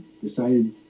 decided